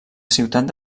ciutat